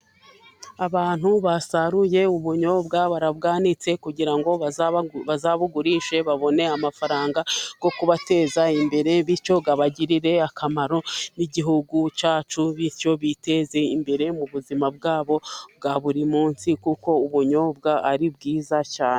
Abantu basaruye ubunyobwa, barabwanitse kugira ngo bazabugurishe babone amafaranga yo kubateza imbere, bityo abagirire akamaro igihugu cyacu, bityo biteze imbere mu buzima bwabo bwa buri munsi, kuko ubunyobwa ari bwiza cyane.